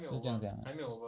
是这样讲 ah